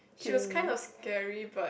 she was kind of scary but